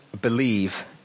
believe